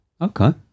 Okay